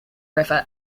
river